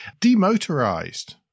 demotorized